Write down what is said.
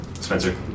Spencer